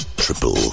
triple